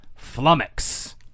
flummox